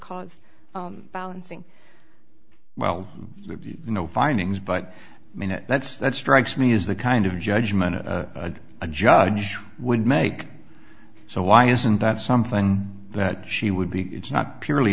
cause balancing well no findings but i mean that's that strikes me is the kind of judgment a judge would make so why isn't that something that she would be it's not purely